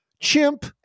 Chimp